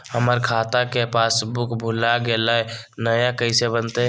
हमर खाता के पासबुक भुला गेलई, नया कैसे मिलतई?